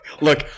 Look